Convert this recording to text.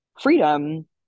freedom